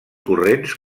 corrents